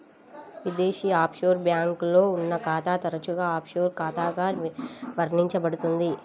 విదేశీ ఆఫ్షోర్ బ్యాంక్లో ఉన్న ఖాతా తరచుగా ఆఫ్షోర్ ఖాతాగా వర్ణించబడుతుంది